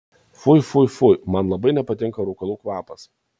fui fui fui man labai nepatinka rūkalų kvapas